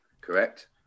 correct